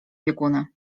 bieguny